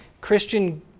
Christian